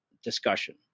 Discussion